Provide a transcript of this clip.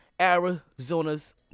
Arizona's